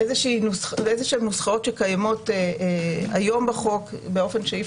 בנוסחאות שקיימות היום בחוק באופן שאי